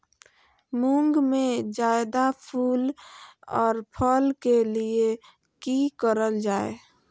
मुंग में जायदा फूल और फल के लिए की करल जाय?